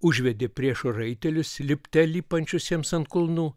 užvedė priešo raitelius lipte lipančius jiems ant kulnų